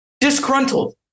disgruntled